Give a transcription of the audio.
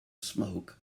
smoke